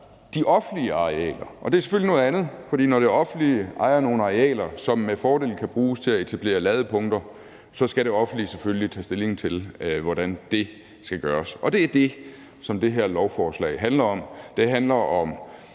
de offentlige arealer, og det er selvfølgelig noget andet, for når det offentlige ejer nogle arealer, som med fordel kan bruges til at etablere ladepunkter, skal det offentlige selvfølgelig tage stilling til, hvordan det skal gøres. Det er det, som det her lovforslag handler om.